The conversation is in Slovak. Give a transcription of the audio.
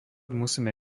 musíme